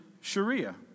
Sharia